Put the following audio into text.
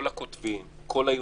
כל הכותבים, כל היוצרים,